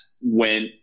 went